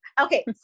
okay